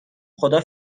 خدا